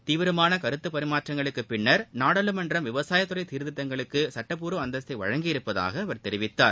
தீவிரமானகருத்துபரிமாற்றங்களுக்குபின்னர் நாடாளுமன்றம் விவசாயத்துறைசீர்திருத்தங்களுக்குசட்டபூர்வஅந்தஸ்தைவழங்கியிருப்பதாகஅவர் தெரிவித்தார்